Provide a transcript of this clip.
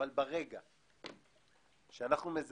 ברגע שאנחנו,